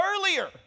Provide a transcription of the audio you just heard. earlier